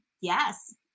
Yes